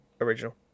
Original